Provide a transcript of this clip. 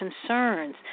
concerns